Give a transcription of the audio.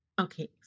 Okay